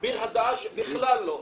ביר הדאג' בכלל לא.